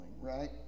right